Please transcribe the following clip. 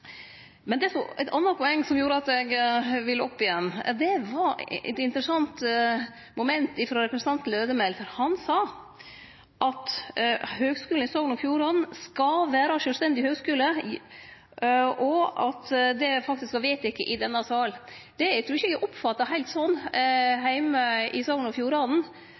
Men eit anna poeng som gjorde at eg ville opp her igjen, var eit interessant moment frå representanten Lødemel, for han sa at Høgskulen i Sogn og Fjordane skal vere ein sjølvstendig høgskule, og at det faktisk var vedteke i denne salen. Det trur eg ikkje vert oppfatta heilt slik heime i Sogn og Fjordane